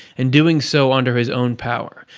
and doing so under his own power.